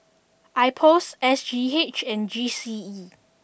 Ipos S G H and G C E